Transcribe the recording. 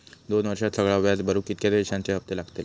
दोन वर्षात सगळा व्याज भरुक कितक्या पैश्यांचे हप्ते लागतले?